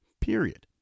period